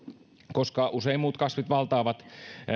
koska usein muut kasvit valtaavat